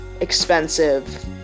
expensive